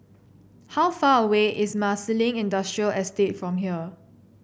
how far away is Marsiling Industrial Estate from here